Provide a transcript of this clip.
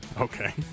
Okay